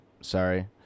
Sorry